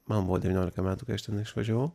man buvo devyniolika metų kai aš ten išvažiavau